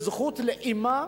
זכות לאמא,